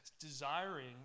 desiring